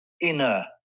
inner